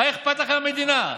מה אכפת לך מהמדינה?